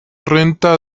renta